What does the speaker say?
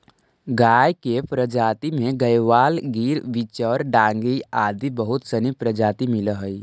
गाय के प्रजाति में गयवाल, गिर, बिच्चौर, डांगी आदि बहुत सनी प्रजाति मिलऽ हइ